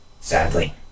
Sadly